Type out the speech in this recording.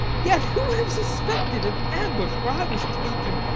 yet who would have suspected an ambush where i was taken?